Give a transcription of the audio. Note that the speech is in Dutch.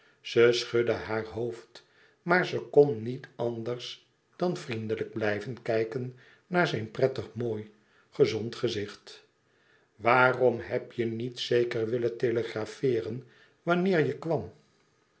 ze schudde haar hoofd maar ze kon niet anders dan vriendelijk blijven kijken naar zijn prettig mooi gezond gezicht waarom heb je niet zéker willen telegrafeeren wanneer je